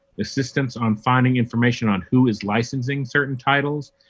assistance on finding information on who is licensing certain titles,